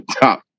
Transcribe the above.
top